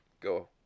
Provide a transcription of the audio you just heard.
go